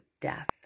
death